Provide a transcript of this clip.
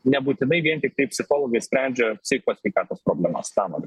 nebūtinai vien tik tai psichologai sprendžia psichikos sveikatos problemas tą noriu